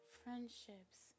friendships